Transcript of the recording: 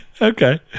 okay